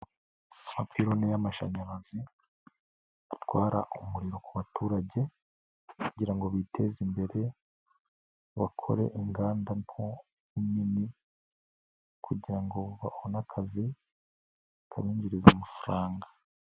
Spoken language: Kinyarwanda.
Amapiloni y'amashanyarazi atwara umuriro ku baturage kugira ngo biteze imbere bakore inganda nto n'inini kugira ngo babone akazi kabinjiriza amafaranga.